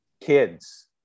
Kids